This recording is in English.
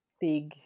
big